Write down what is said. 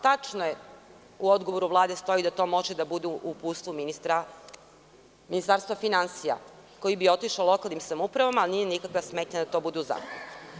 Tačno je, u odgovoru Vlade stoji, da to može da bude uputstvo Ministarstva finansija, koji bi otišao lokalnim samoupravama, ali nije nikakva smetnja da to bude u zakonu.